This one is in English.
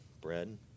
bread